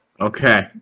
Okay